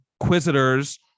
Inquisitors